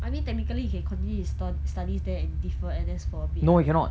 I mean technically he can continue his stu~ studies there and defer N_S for a bit right